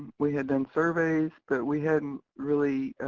we had done surveys but we hadn't really